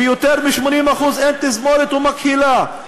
ביותר מ-80% מהם אין תזמורת ומקהלה,